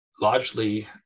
largely